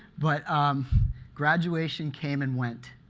but graduation came and went,